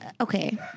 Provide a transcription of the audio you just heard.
Okay